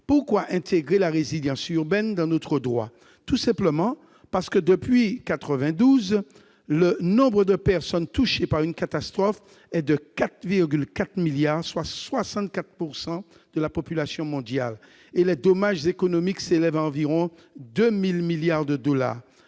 Pourquoi intégrer la résilience urbaine dans notre droit ? Tout simplement parce que, depuis 1992, le nombre de personnes touchées par une catastrophe est de 4,4 milliards, soit 64 % de la population mondiale, et les dommages économiques s'élèvent à environ 2 000 milliards de dollars.